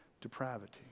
depravity